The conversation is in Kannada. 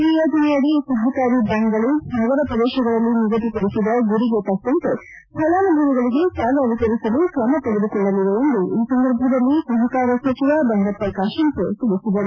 ಈ ಯೋಜನೆಯಡಿ ಸಹಕಾರಿ ಬ್ಯಾಂಕ್ಗಳು ನಗರ ಪ್ರದೇಶಗಳಲ್ಲಿ ನಿಗದಿ ಪಡಿಸಿದ ಗುರಿಗೆ ತಕ್ಕಂತೆ ಫಲಾನುಭವಿಗಳಿಗೆ ಸಾಲ ವಿತರಿಸಲು ಕ್ರಮ ತೆಗೆದುಕೊಳ್ಳಲಿವೆ ಎಂದು ಈ ಸಂದರ್ಭದಲ್ಲಿ ಸಹಕಾರ ಸಚಿವ ಬಂಡಪ್ಪ ಕಾಶೆಂಪುರ್ ತಿಳಿಸಿದರು